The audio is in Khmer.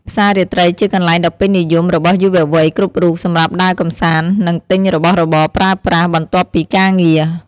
ផ្សាររាត្រីជាកន្លែងដ៏ពេញនិយមរបស់យុវវ័យគ្រប់រូបសម្រាប់ដើរកម្សាន្ត និងទិញរបស់របរប្រើប្រាស់ បន្ទាប់ពីការងារ។